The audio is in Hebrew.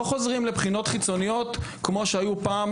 חוזרים לבחינות חיצוניות כמו שהיו פעם,